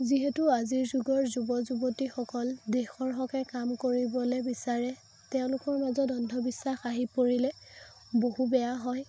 যিহেতু আজিৰ যুগৰ যুৱ যুৱতীসকল দেশৰ হকে কাম কৰিবলৈ বিচাৰে তেওঁলোকৰ মাজত অন্ধবিশ্বাস আহি পৰিলে বহু বেয়া হয়